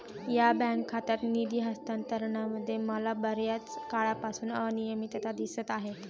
या बँक खात्यात निधी हस्तांतरणामध्ये मला बर्याच काळापासून अनियमितता दिसत आहे